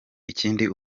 ikindi